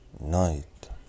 night